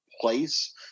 place